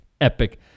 epic